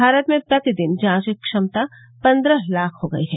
भारत में प्रतिदिन जांच क्षमता पन्द्रह लाख हो गई है